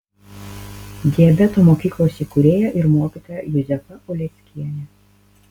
diabeto mokyklos įkūrėja ir mokytoja juzefa uleckienė